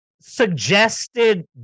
suggested